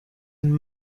and